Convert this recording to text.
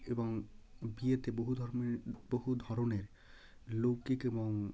এবং বিয়েতে বহু ধরনের বহু ধরনের লৌকিক এবং